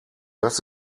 das